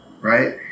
right